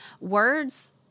words